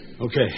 Okay